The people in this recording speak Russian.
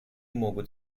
могут